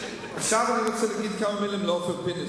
עכשיו אני רוצה להגיד כמה מלים לאופיר פינס,